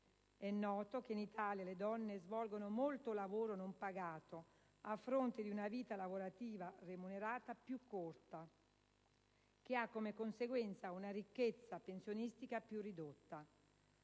È noto che in Italia le donne svolgono molto lavoro non pagato, a fronte di una vita lavorativa remunerata più corta, che ha come conseguenza una ricchezza pensionistica più ridotta.